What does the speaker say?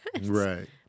Right